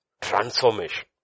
transformation